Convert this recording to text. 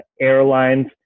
Airlines